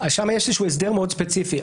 שם יש איזה הסדר מאוד ספציפי,